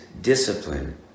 discipline